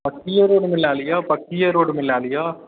पक्किए रोडमे लै लिअ पक्किए रोडमे लै लिअ